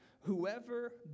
Whoever